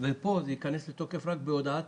וזה ייכנס לתוקף רק בהודעת